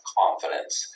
confidence